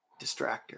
Distractor